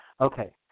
Okay